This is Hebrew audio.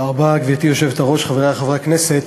גברתי היושבת-ראש, תודה רבה, חברי חברי הכנסת,